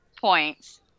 points